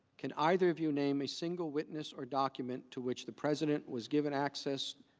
can either of you name a single witness or document to which the president was given access,